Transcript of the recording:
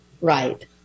Right